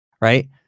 right